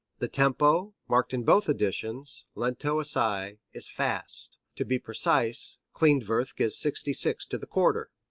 the tempo, marked in both editions, lento assai, is fast. to be precise, klindworth gives sixty six to the quarter.